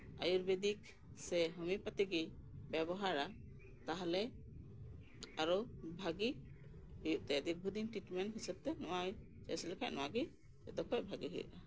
ᱟᱭᱩᱨᱵᱮᱫᱤᱠ ᱥᱮ ᱦᱚᱢᱤᱭᱚᱯᱟᱛᱤᱜᱤ ᱵᱮᱵᱚᱦᱟᱨᱟ ᱛᱟᱦᱚᱞᱮ ᱟᱨᱚ ᱵᱷᱟᱜᱮ ᱦᱩᱭᱩᱜ ᱛᱟᱭᱟ ᱫᱤᱨᱜᱷᱚᱫᱤᱱ ᱴᱤᱴᱢᱮᱱ ᱦᱤᱥᱟᱹᱵ ᱛᱮ ᱱᱚᱣᱟ ᱴᱮᱥ ᱞᱮᱠᱦᱟᱡ ᱱᱚᱣᱟᱜᱮ ᱡᱚᱛᱚᱠᱷᱚᱡ ᱵᱷᱟᱜᱮ ᱦᱩᱭᱩᱜᱼᱟ